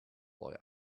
boy